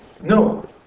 no